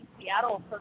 Seattle